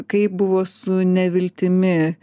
kaip buvo su neviltimi